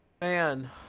Man